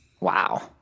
Wow